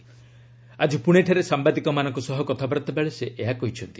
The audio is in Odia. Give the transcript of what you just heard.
ଆକ୍କି ପୁଣେଠାରେ ସାମ୍ବାଦିକମାନଙ୍କ ସହ କଥାବାର୍ତ୍ତା ବେଳେ ସେ ଏହା କହିଛନ୍ତି